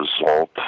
result